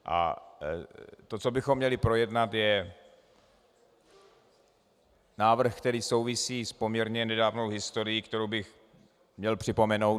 A to, co bychom měli projednat, je návrh, který souvisí s poměrně nedávnou historií, kterou bych měl připomenout.